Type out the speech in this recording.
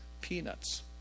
peanuts